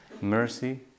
mercy